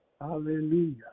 Hallelujah